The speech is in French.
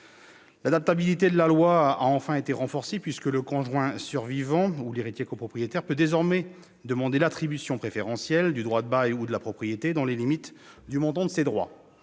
L'adaptabilité de la loi a enfin été renforcée, puisque le conjoint survivant ou l'héritier copropriétaire peut désormais demander l'attribution préférentielle du droit au bail ou de la propriété, dans les limites du montant de ses droits.